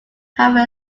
have